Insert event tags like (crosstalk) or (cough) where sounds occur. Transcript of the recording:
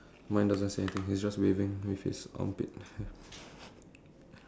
mine doesn't say anything he's just waving with his armpit hair (breath)